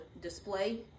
display